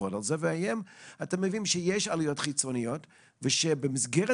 אתם יודעים שיש עלויות חיצוניות ושבמסגרת